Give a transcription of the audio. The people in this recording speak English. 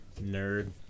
nerd